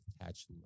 attach